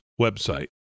website